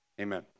Amen